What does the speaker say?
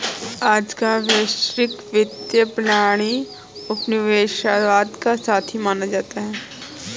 आज का वैश्विक वित्तीय प्रणाली उपनिवेशवाद का साथी माना जाता है